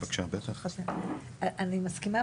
אני מסכימה,